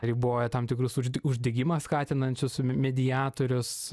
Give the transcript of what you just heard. riboja tam tikrus užd uždegimą skatinančius m mediatorius